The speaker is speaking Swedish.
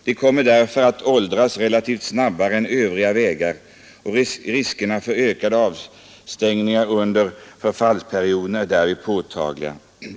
De kommer därför att åldras relativt snabbare än övriga vägar, och riskerna för ökade avstängningar under förfallsperioderna är därför påtagliga.